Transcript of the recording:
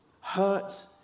hurt